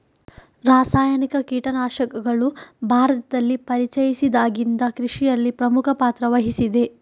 ರಾಸಾಯನಿಕ ಕೀಟನಾಶಕಗಳು ಭಾರತದಲ್ಲಿ ಪರಿಚಯಿಸಿದಾಗಿಂದ ಕೃಷಿಯಲ್ಲಿ ಪ್ರಮುಖ ಪಾತ್ರ ವಹಿಸಿದೆ